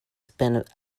spend